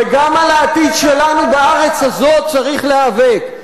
גם על העתיד שלנו בארץ הזאת צריך להיאבק.